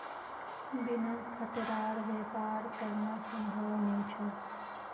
बिना खतरार व्यापार करना संभव नी छोक